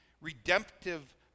redemptive